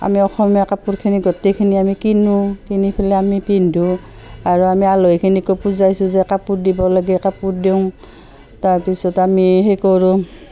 আমি অসমীয়া কাপোৰখিনি গোটেইখিনি আমি কিনোঁ কিনি পেলাই আমি পিন্ধোঁ আৰু আমি আলহীখিনিকো পুজাই চূজাই কাপোৰ দিব লাগে কাপোৰ দিওঁ তাৰপিছত আমি সেই কৰোঁ